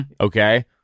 Okay